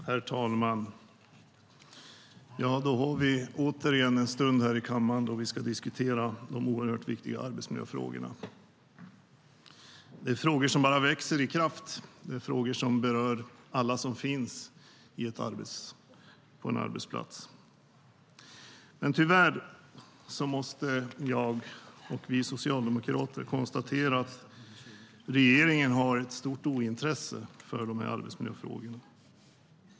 Herr talman! Då har vi återigen en stund här i kammaren då vi ska diskutera de oerhört viktiga arbetsmiljöfrågorna. Det är frågor som bara växer i kraft. Det är frågor som berör alla som finns på en arbetsplats. Tyvärr måste jag och vi socialdemokrater konstatera att regeringen har ett stort ointresse för arbetsmiljöfrågorna.